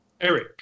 Eric